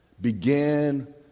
began